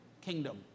kingdom